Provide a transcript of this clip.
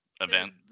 event